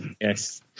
Yes